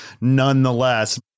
nonetheless